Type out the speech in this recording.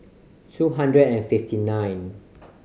two hundred and fifty nine